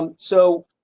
um so,